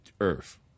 earth